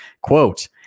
quote